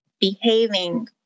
behaving